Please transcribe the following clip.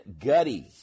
gutty